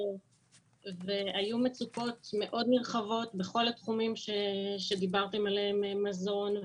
היו מצוקות מאוד נרחבות בכל התחומים שדיברתם עליהם: מזון,